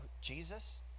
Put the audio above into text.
Jesus